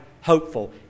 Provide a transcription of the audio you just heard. hopeful